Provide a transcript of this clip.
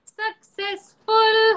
successful